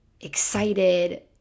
excited